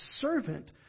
servant